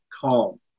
calm